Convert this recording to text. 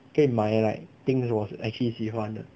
可以买 like things 我 actually 喜欢的